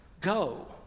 go